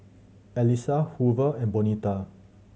Elisa Hoover and Bonita